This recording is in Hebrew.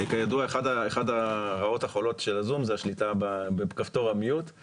כידוע אחת הרעות החולות של ה-זום היא השליטה בכפתור ה-מיוט.